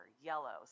yellow